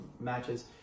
matches